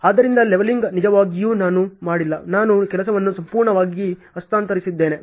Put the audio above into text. ಆದ್ದರಿಂದ ಲೆವೆಲಿಂಗ್ ನಿಜವಾಗಿಯೂ ನಾನು ಮಾಡಿಲ್ಲ ನಾನು ಕೆಲಸವನ್ನು ಸಂಪೂರ್ಣವಾಗಿ ಹಸ್ತಾಂತರಿಸಿದೇನೆ